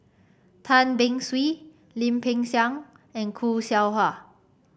Tan Beng Swee Lim Peng Siang and Khoo Seow Hwa